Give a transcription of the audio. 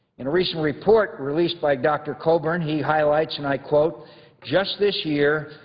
in a recent report released by dr. coburn, he highlights, and i quote just this year,